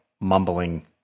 mumbling